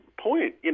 point